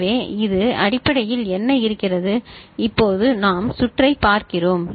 எனவே இது அடிப்படையில் என்ன இருக்கிறது இப்போது நாம் சுற்றை பார்க்கிறோம்